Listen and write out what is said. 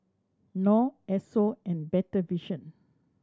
Knorr Esso and Better Vision